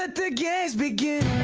the games begin